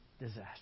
disaster